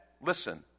listen